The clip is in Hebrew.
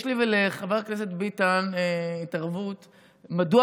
יש לי ולחבר הכנסת ביטן התערבות מדוע